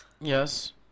Yes